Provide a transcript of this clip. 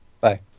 Bye